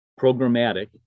programmatic